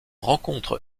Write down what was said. rencontre